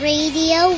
Radio